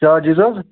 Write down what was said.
charges حظ